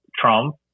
Trump